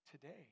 today